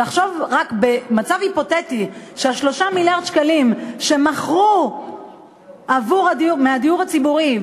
רק על מצב היפותטי ש-3 מיליארד השקלים שנתקבלו ממכירת הדיור הציבורי,